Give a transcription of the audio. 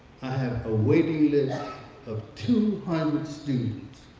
a waiting list of two hundred students.